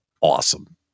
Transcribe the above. Awesome